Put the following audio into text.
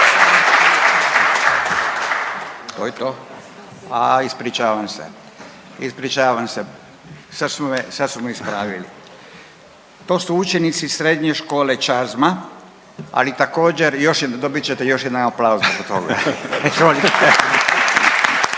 Tko je to? A ispričavam se, ispričavam se, sad su me ispravili. To su učenici Srednje škole Čazma, ali također još, dobit ćete još jedan aplauz zbog toga.